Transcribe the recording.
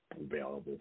available